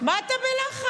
מה אתה בלחץ?